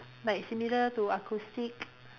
like similar to acoustic